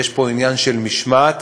יש עניין של משמעת